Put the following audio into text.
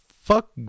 fuck